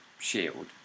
shield